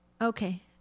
Okay